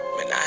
Man